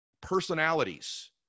personalities